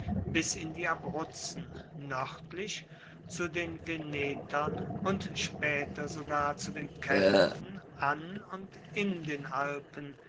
bis in die abruzzen noerdlich zu den venetern und spaeter sogar zu den kelten an und in den alpen